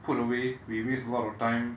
put away we waste a lot of time